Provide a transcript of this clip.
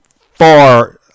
far